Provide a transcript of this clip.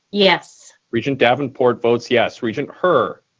yes. regent davenport votes yes. regent her?